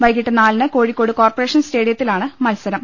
വൈകിട്ട് നാലിന് കോഴിക്കോട് കോർപ്പറേഷൻ സ്റ്റേഡിയത്തിലാണ് മത്സരം